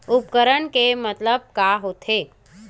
उपकरण के मतलब का होथे?